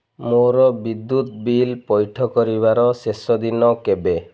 ମୋର ବିଦ୍ୟୁତ୍ ବିଲ୍ ପଇଠ କରିବାର ଶେଷ ଦିନ କେବେ